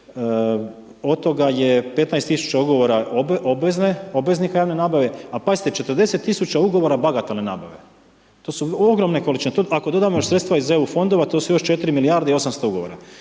od toga je 15 tisuća ugovora obveznika javne nabave, ali pazite 40 tisuća ugovora bagatelne nabave. To su ogromne količine. Ako dodamo još sredstva iz EU fondova to su još 4 milijarde i 800 ugovora.